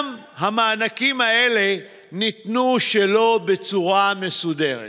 גם המענקים האלה לא ניתנו בצורה מסודרת.